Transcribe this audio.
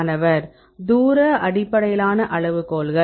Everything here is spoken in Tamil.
மாணவர் தூர அடிப்படையிலான அளவுகோல்கள்